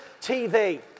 TV